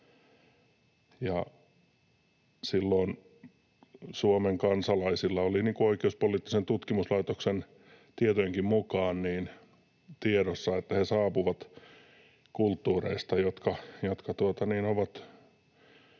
Silloin Suomen kansalaisilla oli Oikeuspoliittisen tutkimuslaitoksen tietojenkin mukaan tiedossa, että he saapuvat kulttuureista, jotka ovat